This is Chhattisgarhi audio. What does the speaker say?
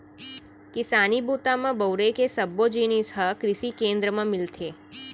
किसानी बूता म बउरे के सब्बो जिनिस ह कृसि केंद्र म मिलथे